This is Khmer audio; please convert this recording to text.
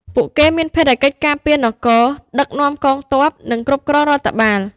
ពួកគេមានភារកិច្ចការពារនគរ ដឹកនាំកងទ័ព និងគ្រប់គ្រងរដ្ឋបាល។